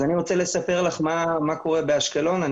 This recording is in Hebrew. אני רוצה לספר לך מה קורה באשקלון.